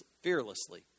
fearlessly